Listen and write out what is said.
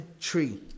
tree